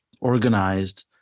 organized